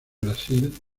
brasil